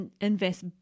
invest